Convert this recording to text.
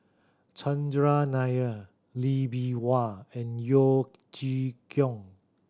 Chandran Nair Lee Bee Wah and Yeo Chee Kiong